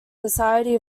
society